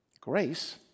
Grace